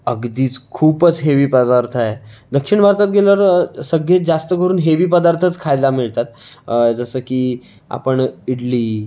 अगदीच खूपच हेवी पदार्थ आहे दक्षिण भारतात गेल्यावर सगळ्यात जास्त करून हेवी पदार्थच खायला मिळतात जसं की आपण इडली